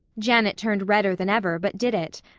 janet turned redder than ever but did it.